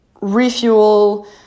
refuel